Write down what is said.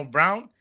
Brown